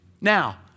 Now